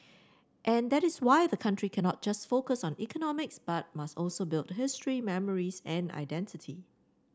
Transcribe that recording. and that is why the country cannot just focus on economics but must also build history memories and identity